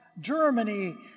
Germany